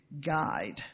guide